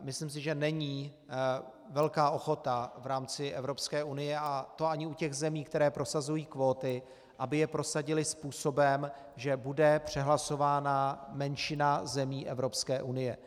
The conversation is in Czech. Myslím si, že není velká ochota v rámci Evropské unie, a to ani u těch zemí, které prosazují kvóty, aby je prosadily způsobem, že bude přehlasována menšina zemí Evropské unie.